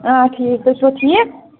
اۭں ٹھیٖک تُہۍ چھُوا ٹھیٖک